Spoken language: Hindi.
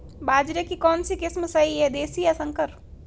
बाजरे की कौनसी किस्म सही हैं देशी या संकर?